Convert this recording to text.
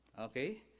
Okay